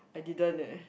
I didn't leh